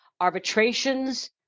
arbitrations